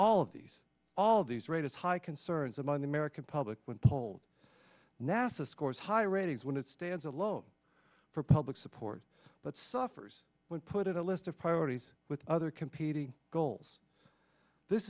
of these all these rate is high concerns among the american public when polled nasa scores high ratings when it stands alone for public support but suffers when put in a list of priorities with other competing goals this